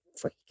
freak